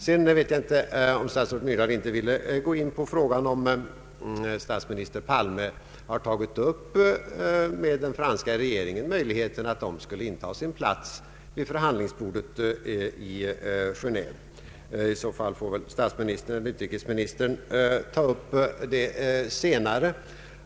Jag vet inte om statsrådet Myrdal inte ville gå in på frågan huruvida statsminister Palme med den franska regeringen har tagit upp möjligheten att den skulle inta sin plats vill förhandlingsbordet i Genéve. I så fall får statsministern eller utrikesministern ta upp detta senare.